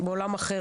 בעולם אחר,